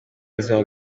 buzima